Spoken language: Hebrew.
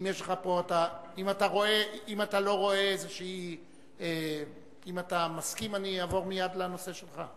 אם אתה מסכים, אני אעבור לנושא שלך.